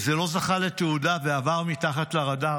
וזה לא זכה לתהודה ועבר מתחת לרדאר,